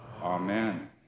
Amen